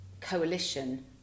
coalition